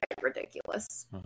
ridiculous